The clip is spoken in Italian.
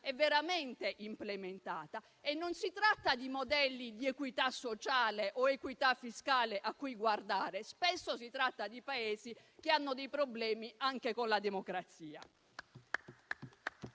veramente implementata. Non si tratta di modelli di equità sociale o fiscale, a cui guardare; spesso si tratta di Paesi che hanno dei problemi anche con la democrazia.